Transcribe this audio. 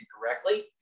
correctly